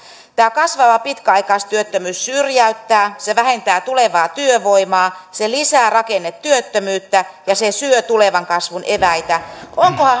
tämä kasvava pitkäaikaistyöttömyys syrjäyttää se vähentää tulevaa työvoimaa se lisää rakennetyöttömyyttä ja syö tulevan kasvun eväitä onko